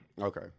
okay